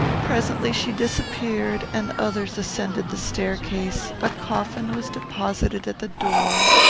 presently she disappeared, and others ascended the staircase, a coffin was deposited at the door,